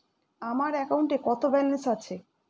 আমার অ্যাকাউন্টে কত ব্যালেন্স আছে?